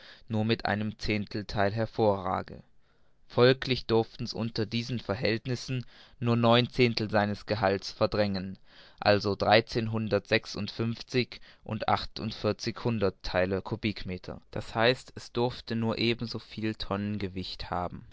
nur mit einem zehntheil hervorrage folglich durftens unter diesen verhältnissen nur neun zehntel seines gehalts verdrängen also dreizehnhundertsechsundfünfzig und achtundvierzig hunderttheile kubikmeter d h es durfte nur eben so viel tonnengewicht haben